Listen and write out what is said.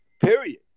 period